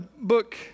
book